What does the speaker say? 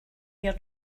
ear